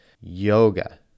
Yoga